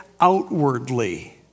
outwardly